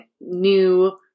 new